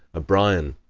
a bryan,